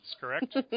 correct